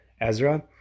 Ezra